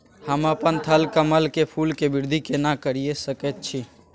हम अपन थलकमल के फूल के वृद्धि केना करिये सकेत छी?